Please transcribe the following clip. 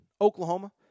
Oklahoma